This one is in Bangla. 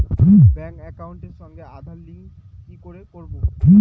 ব্যাংক একাউন্টের সঙ্গে আধার লিংক কি করে করবো?